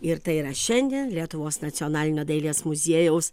ir tai yra šiandien lietuvos nacionalinio dailės muziejaus